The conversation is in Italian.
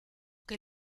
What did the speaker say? che